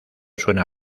suena